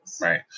right